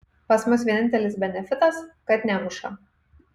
pas mus vienintelis benefitas kad nemuša